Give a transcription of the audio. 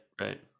right